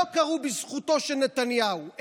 לא קרו בזכותו של נתניהו,